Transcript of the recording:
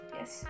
Yes